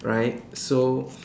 right so